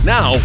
Now